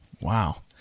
wow